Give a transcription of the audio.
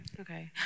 Okay